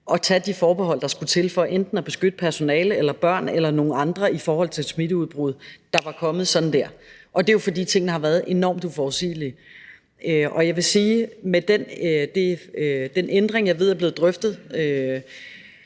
at tage de forbehold, der skulle til for enten at beskytte personalet eller børn eller nogle andre i forhold til smitteudbrud, der var kommet sådan dér med et fingerknips. Og det er jo, fordi tingene har været enormt uforudsigelige. Kl. 12:05 Jeg vil sige med hensyn den ændring, jeg ved er blevet drøftet